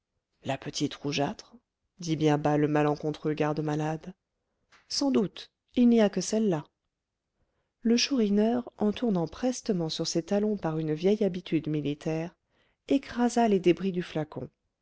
la petite rougeâtre dit bien bas le malencontreux garde-malade sans doute il n'y a que celle-là le chourineur en tournant prestement sur ses talons par une vieille habitude militaire écrasa les débris du flacon